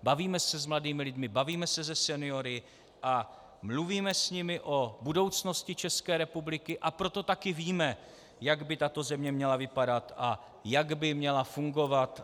Bavíme se s mladými lidmi, bavíme se seniory a mluvíme s nimi o budoucnosti České republiky, a proto také víme, jak by tato země měla vypadat a jak by měla fungovat.